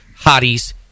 Hotties